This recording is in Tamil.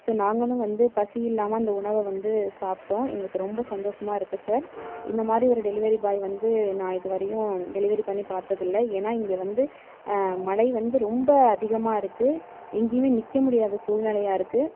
ஸோ நாங்களும் வந்து பசி இல்லாமல் அந்த உணவை வந்து சாப்பிட்டோம் எங்களுக்கு ரொம்ப சந்தோசமாக இருக்குது சார் இந்த மாதிரி ஒரு டெலிவரி பாய் வந்து நான் இதுவரையும் டெலிவரி பண்ணி பார்த்தது இல்லை ஏன்னால் இங்கே வந்து மழை வந்து ரொம்ப அதிகமாக இருக்குது எங்கேயுமே நிற்க முடியாத சூழ்நிலையா இருக்குது